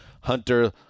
Hunter